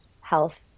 health